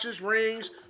rings